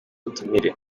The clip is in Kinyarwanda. ubutumire